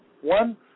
one